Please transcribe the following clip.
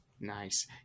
Nice